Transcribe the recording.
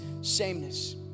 sameness